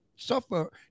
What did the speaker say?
Suffer